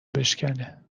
بشکنه